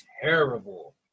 Terrible